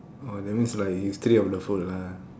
orh that means like history of the food lah